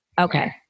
Okay